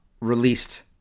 released